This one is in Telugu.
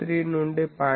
3 నుండి 0